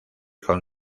con